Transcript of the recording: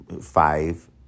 five